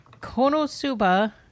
Konosuba